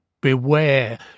beware